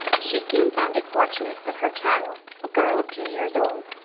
she soon found it fortunate that her child, a girl of two years old,